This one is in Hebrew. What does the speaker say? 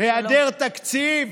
היעדר תקציב